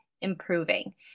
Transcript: improving